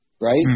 right